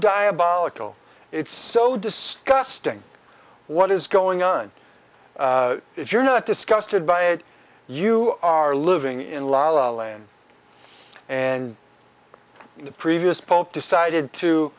diabolical it's so disgusting what is going on if you're not disgusted by it you are living in la la land and the previous pope decided to